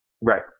Right